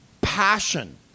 passion